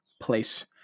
place